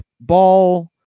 ball